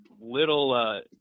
little